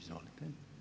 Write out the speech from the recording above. Izvolite.